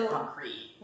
concrete